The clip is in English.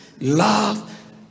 love